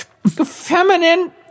feminine